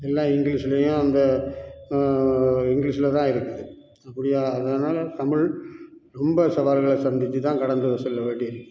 எல்லாம் இங்கிலீஷுலேயும் அந்த இங்கிலீஷில் தான் இருக்குது இப்படியா அதனால் தமிழ் ரொம்ப சவால்களை சந்தித்து தான் கடந்து செல்ல வேண்டி இருக்குது